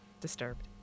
disturbed